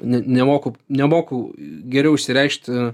ne nemoku nemoku geriau išsireikšt